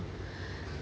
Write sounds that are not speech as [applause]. [breath]